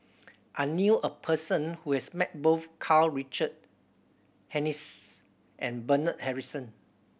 I knew a person who has met both Karl Richard Hanitsch and Bernard Harrison